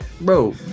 Bro